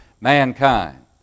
mankind